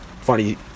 funny